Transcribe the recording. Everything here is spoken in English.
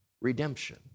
redemption